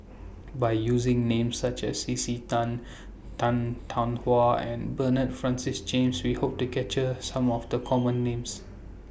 By using Names such as C C Tan Tan Tarn How and Bernard Francis James We Hope to capture Some of The Common Names